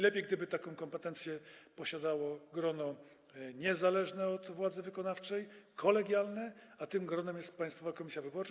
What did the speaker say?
Lepiej, gdyby taką kompetencję posiadało grono niezależne od władzy wykonawczej, kolegialne, a tym gronem jest Państwowa Komisja Wyborcza.